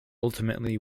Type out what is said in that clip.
ultimately